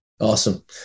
Awesome